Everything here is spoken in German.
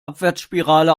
abwärtsspirale